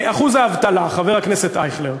אחוז האבטלה, חבר הכנסת אייכלר.